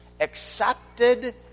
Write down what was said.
Accepted